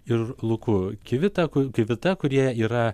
ir luku kivita kivita kurie yra